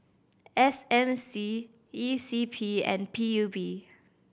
S M C E C P and P U B